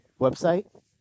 website